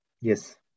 Yes